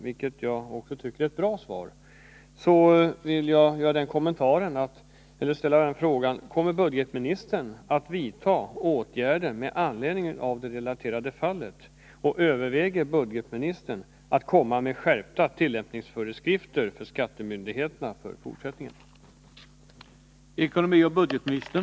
vilket jag tycker är ett bra svar, vill jag ställa frågan: Kommer budgetministern att vidta åtgärder på grund av det relaterade fallet, och överväger budgetministern att komma med skärpta tillämpningsföreskrifter för skattemyndigheterna för framtiden?